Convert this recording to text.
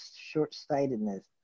short-sightedness